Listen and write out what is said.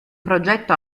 progetto